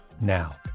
now